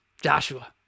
Joshua